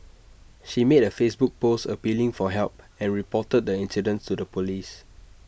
she made A Facebook post appealing for help and reported the incident to the Police